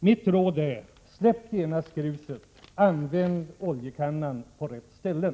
Mitt råd är: Släpp gruset och använd oljekannan på rätt ställen!